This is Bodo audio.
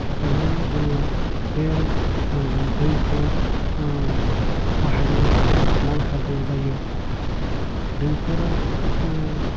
थाखायनो जोङो बे दैखौ बाहायनो नांथारगौ जायो दैखरा